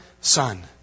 son